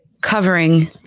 covering